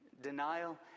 denial